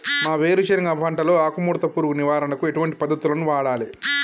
మా వేరుశెనగ పంటలో ఆకుముడత పురుగు నివారణకు ఎటువంటి పద్దతులను వాడాలే?